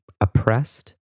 oppressed